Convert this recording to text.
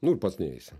nu pats neisi